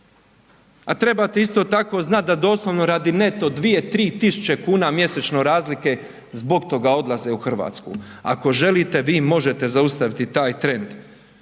A trebate isto tako znati da doslovni radi neto 2, 3 tisuće kuna mjesečno razlike, zbog toga odlaze u Hrvatsku, ako želite, vi možete zaustaviti taj trend.